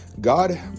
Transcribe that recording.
God